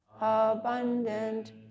abundant